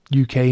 UK